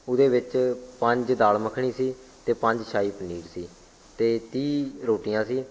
ਉਹਦੇ ਵਿੱਚ ਪੰਜ ਦਾਲ ਮੱਖਣੀ ਸੀ ਅਤੇ ਪੰਜ ਸ਼ਾਹੀ ਪਨੀਰ ਸੀ ਅਤੇ ਤੀਹ ਰੋਟੀਆਂ ਸੀ